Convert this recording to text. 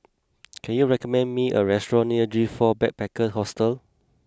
can you recommend me a restaurant near G four Backpackers Hostel